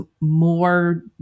more